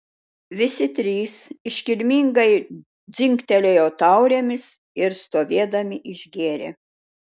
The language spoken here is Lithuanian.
visi trys iškilmingai dzingtelėjo taurėmis ir stovėdami išgėrė